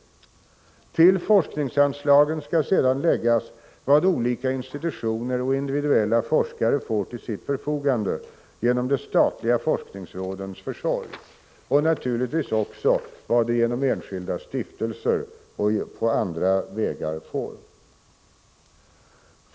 Till forskningsanslagen skall sedan läggas vad olika institutioner och individuella forskare får till sitt förfogande genom de statliga forskningsrådens försorg, och naturligtvis vad de får genom enskilda stiftelser och på andra vägar.